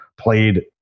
Played